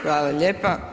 Hvala lijepa.